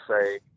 say